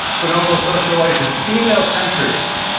bonobo social life is female centred.